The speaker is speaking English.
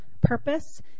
purpose